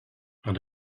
and